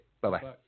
Bye-bye